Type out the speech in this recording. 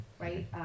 right